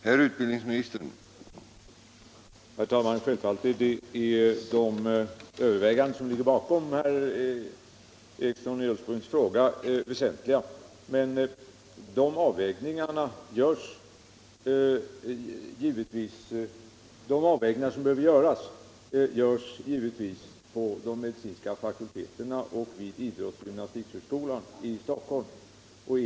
Herr talman! Självfallet är de överväganden som ligger bakom herr Erikssons i Ulfsbyn fråga väsentliga. Men de avvägningar som behöver göras sker givetvis i de medicinska fakulteterna och vid gymnastikoch idrottshögskolan.